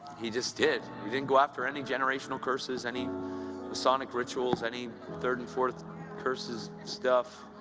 he just did he didn't go after any generational curses, any masonic rituals, any third and fourth curses. stuff.